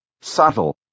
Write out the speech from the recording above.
subtle